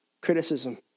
criticism